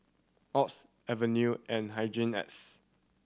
Oxy Avene and Hygin X